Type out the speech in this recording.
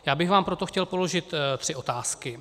Já bych vám proto chtěl položit tři otázky.